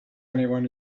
anyone